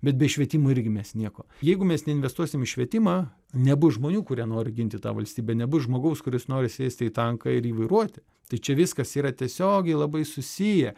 bet bei švietimo ir mes nieko jeigu mes neinvestuosim į švietimą nebus žmonių kurie nori ginti tą valstybę nebus žmogaus kuris nori sėsti į tanką ir jį vairuoti tai čia viskas yra tiesiogiai labai susiję